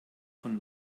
von